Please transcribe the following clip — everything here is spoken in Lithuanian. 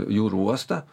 jūrų uostą